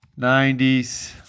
90s